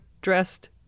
dressed